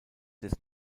des